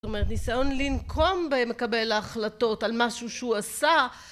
זאת אומרת ניסיון לנקום במקבל ההחלטות על משהו שהוא עשה